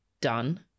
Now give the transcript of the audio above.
done